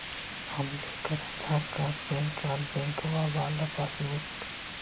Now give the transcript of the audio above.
हम लेकर Aadhaar card PAN card बैंकवा वाला पासबुक?